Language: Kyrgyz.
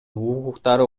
укуктары